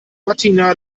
martina